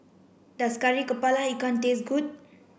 does Kari Kepala Ikan taste good